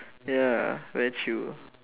ya very chill